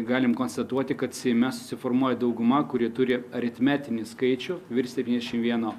galim konstatuoti kad seime susiformuoja dauguma kuri turi aritmetinį skaičių virš septyniašim vieno